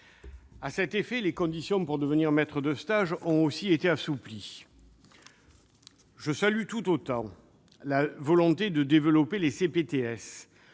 À cet effet, les conditions pour devenir maître de stage ont été assouplies. Je salue tout autant la volonté de développer les CPTS,